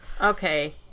Okay